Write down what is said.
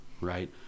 right